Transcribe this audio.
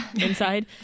inside